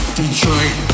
Detroit